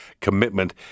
commitment